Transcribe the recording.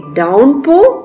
downpour